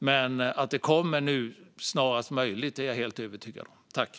Jag är dock helt övertygad om att detta nu kommer snarast möjligt.